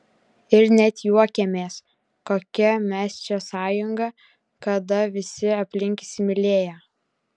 ir net juokėmės kokia mes čia sąjunga kada visi aplink įsimylėję